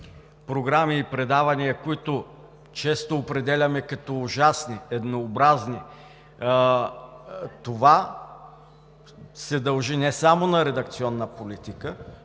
програми и предавания, които често определяме като ужасни, еднообразни, се дължи не само на редакционна политика